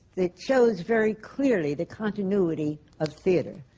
it shows very clearly the continuity of theatre.